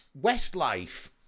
Westlife